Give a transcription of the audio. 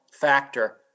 factor